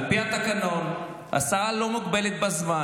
על פי התקנון, השרה לא מוגבלת בזמן.